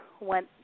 went